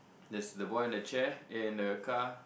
there the boy in the chair in a car